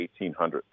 1,800